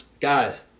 Guys